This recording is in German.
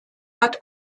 hat